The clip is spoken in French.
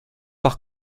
par